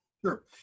Sure